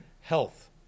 health